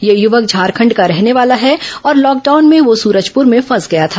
यह युवक झारखंड का रहने वाला है और लॉकडाउन में वह सूरजपुर में फंस गया था